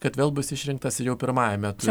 kad vėl bus išrinktas jau pirmajame ture